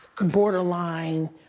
Borderline